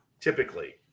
typically